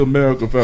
America